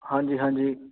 ਹਾਂਜੀ ਹਾਂਜੀ